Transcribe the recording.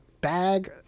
bag